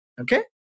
okay